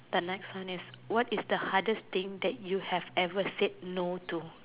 the next one is what is the hardest thing you have said no to